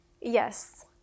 Yes